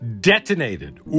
detonated